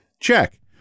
Check